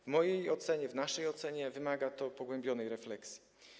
W mojej ocenie, w naszej ocenie wymaga to pogłębionej refleksji.